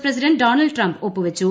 president ഡോൺശിസ് Trump ഒപ്പുവച്ചു